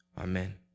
Amen